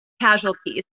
casualties